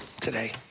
today